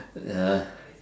ya